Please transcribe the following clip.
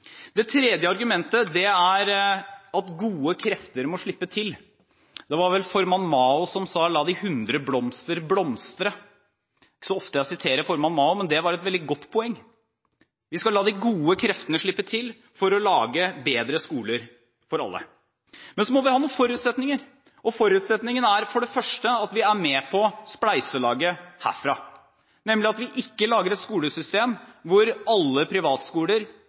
Det tredje argumentet er at gode krefter må slippe til. Det var vel formann Mao som sa: La de hundre blomster blomstre. Det er ikke så ofte jeg siterer formann Mao, men det var et veldig godt poeng. Vi skal la de gode kreftene slippe til for å lage bedre skoler for alle. Men vi må ha noen forutsetninger, og forutsetningen er for det første at vi er med på spleiselaget herfra, ved at vi ikke lager et skolesystem hvor alle privatskoler